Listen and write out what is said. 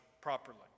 properly